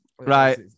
right